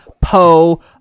Poe